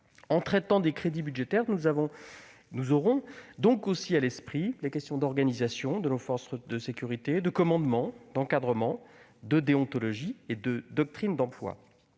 En traitant de ces crédits, nous aurons aussi à l'esprit les questions d'organisation de nos forces de sécurité, de commandement, d'encadrement, de déontologie et de doctrine d'emploi.